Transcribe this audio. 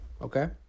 Okay